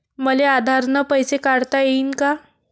मले आधार न पैसे काढता येईन का?